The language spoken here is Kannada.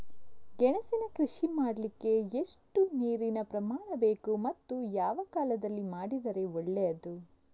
ಗೆಣಸಿನ ಕೃಷಿ ಮಾಡಲಿಕ್ಕೆ ಎಷ್ಟು ನೀರಿನ ಪ್ರಮಾಣ ಬೇಕು ಮತ್ತು ಯಾವ ಕಾಲದಲ್ಲಿ ಮಾಡಿದರೆ ಒಳ್ಳೆಯದು?